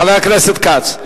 חבר הכנסת כץ.